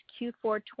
Q4